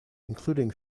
including